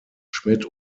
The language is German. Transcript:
schmidt